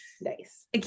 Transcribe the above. Nice